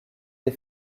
les